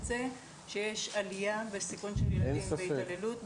זה שיש עלייה בסיכון של ילדים להתעללות,